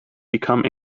become